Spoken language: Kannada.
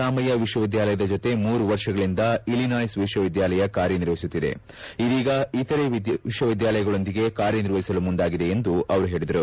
ರಾಮಯ್ಯ ವಿಶ್ವವಿದ್ಯಾಲಯದ ಜತೆ ಮೂರು ವರ್ಷಗಳಿಂದ ಇಲಿನಾಯ್ಸ್ ವಿಶ್ವವಿದ್ಯಾಲಯ ಕಾರ್ಯನಿರ್ವಹಿಸುತ್ತಿದೆ ಇದೀಗ ಇತರ ವಿಶ್ವವಿದ್ಯಾಲಯಗಳ ಜತೆಗೂ ಕಾರ್ಯನಿರ್ವಹಿಸಲು ಮುಂದಾಗಿದೆ ಎಂದು ಹೇಳಿದರು